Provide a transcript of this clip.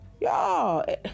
y'all